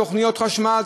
תוכניות חשמל,